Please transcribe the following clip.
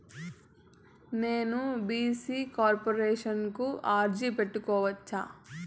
నేను BC corporation కు అర్జీ పెట్టుకోవచ్చా?